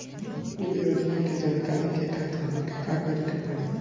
उ योजना के जानकारी के खातिर हमके का करे के पड़ी?